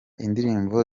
indirimbo